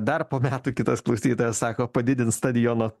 dar po metų kitas klausytojas sako padidins stadiono